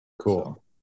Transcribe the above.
Cool